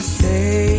say